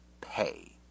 pay